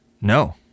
No